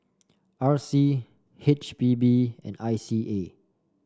R C H P B and I C A